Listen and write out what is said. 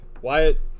Wyatt